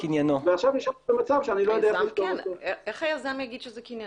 איך היזם יגיד שזה קניינו?